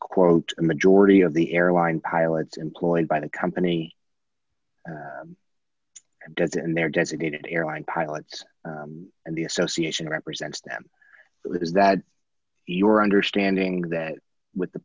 quote a majority of the airline pilots employed by the company does and their designated airline pilots and the association represents them it is that your understanding that with the